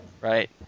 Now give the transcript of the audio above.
right